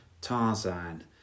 Tarzan